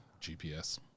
GPS